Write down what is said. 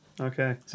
okay